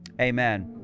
Amen